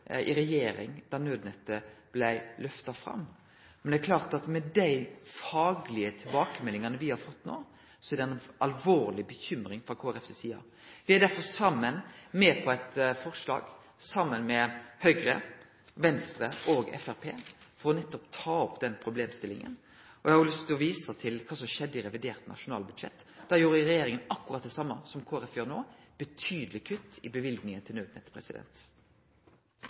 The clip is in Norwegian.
i regjering da naudnettet blei løfta fram. Men det er klart at med dei faglege tilbakemeldingane me har fått nå, er det alvorleg bekymring frå Kristeleg Folkepartis side. Me er derfor med på eit forslag, saman med Høgre, Venstre og Framstegspartiet, for nettopp å ta opp den problemstillinga. Eg har òg lyst til å vise til kva som skjedde i revidert nasjonalbudsjett. Da gjorde regjeringa akkurat det same som Kristeleg Folkeparti gjer nå – betydelege kutt i løyvingane til